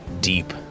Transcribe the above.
deep